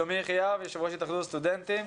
שלומי יחיאב, יושב-ראש התאחדות הסטודנטים,